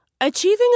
Achieving